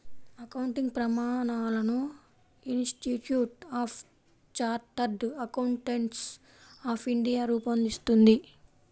accounting ప్రమాణాలను institute of chartered accountants of India రూపొందిస్తుంది